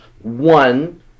one